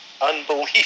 unbelievable